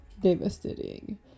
devastating